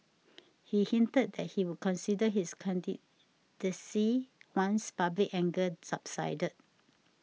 he hinted that he would consider his candidacy once public anger subsided